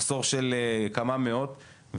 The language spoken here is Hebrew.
מחסור של כמה מאות,